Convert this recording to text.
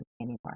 anymore